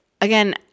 again